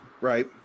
Right